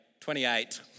28